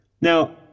Now